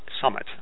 summit